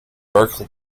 berkeley